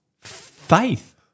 faith